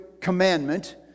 commandment